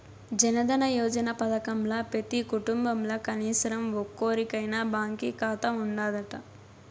జనదన యోజన పదకంల పెతీ కుటుంబంల కనీసరం ఒక్కోరికైనా బాంకీ కాతా ఉండాదట